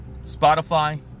Spotify